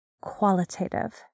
qualitative